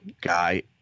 guy